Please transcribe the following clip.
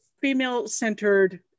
female-centered